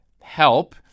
help